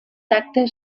tacte